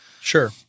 Sure